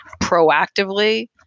proactively